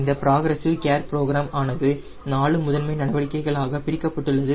இந்த progressive care programme ஆனது 4 முதன்மை நடவடிக்கைகளாக பிரிக்கப்பட்டுள்ளது